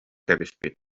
кэбиспит